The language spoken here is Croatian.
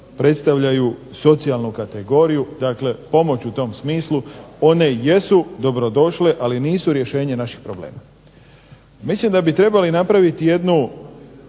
predstavljaju socijalnu kategoriju, dakle pomoć u tom smislu. One jesu dobrodošle, ali nisu rješenje naših problema. Mislim da bi trebali napraviti jednu